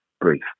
brief